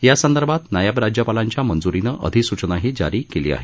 यासंदर्भात नायब राज्यपालांच्या मंज्रीनं अधिसूचनाही जारी केली आहे